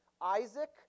Isaac